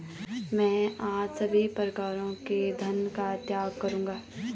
मैं आज सभी प्रकारों के धन का त्याग करूंगा